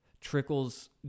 trickles